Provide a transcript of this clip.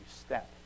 step